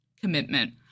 commitment